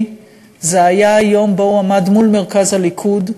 היה היום שבו הוא עמד מול מרכז הליכוד,